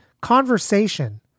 conversation